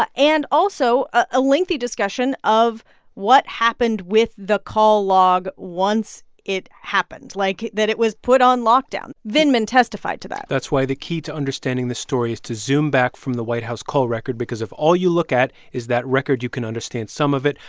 ah and also, a lengthy discussion of what happened with the call log once it happened, like, that it was put on lockdown. vindman testified to that that's why the key to understanding this story is to zoom back from the white house call record because if all you look at is is that record, you can understand some of it,